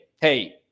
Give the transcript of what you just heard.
Hey